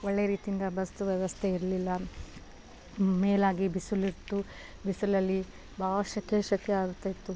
ಒಳ್ಳೆ ರೀತಿಯಿಂದ ಬಸ್ ವ್ಯವಸ್ಥೆ ಇರಲಿಲ್ಲ ಮೇಲಾಗಿ ಬಿಸಿಲಿತ್ತು ಬಿಸಿಲಲ್ಲಿ ಭಾಳ ಸೆಖೆ ಸೆಖೆ ಆಗ್ತಾಯಿತ್ತು